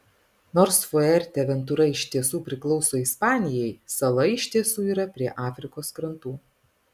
nors fuerteventura iš tiesų priklauso ispanijai sala iš tiesų yra prie afrikos krantų